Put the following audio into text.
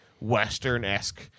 Western-esque